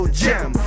gem